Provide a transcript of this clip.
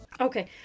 okay